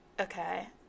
Okay